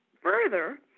further